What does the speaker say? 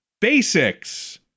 basics